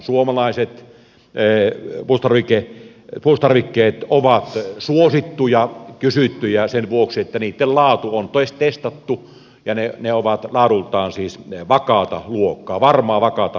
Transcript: suomalaiset puolustustarvikkeet ovat suosittuja kysyttyjä sen vuoksi että niitten laatu on testattu ja ne ovat laadultaan siis vakaata luokkaa varmaa vakaata luokkaa